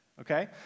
okay